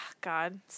God